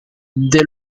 des